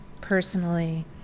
personally